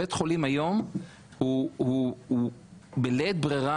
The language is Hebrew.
בית חולים היום הוא בלית ברירה,